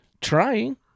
trying